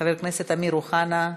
חבר הכנסת אמיר אוחנה,